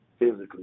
physically